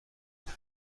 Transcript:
دنیا